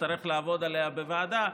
נצטרך לעבוד עליה בוועדה,